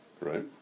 Right